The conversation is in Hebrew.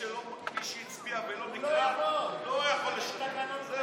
שמי שהצביע ולא נקלט לא יכול לשנות.